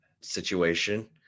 situation